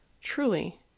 Truly